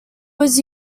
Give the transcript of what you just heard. was